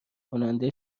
کننده